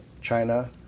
China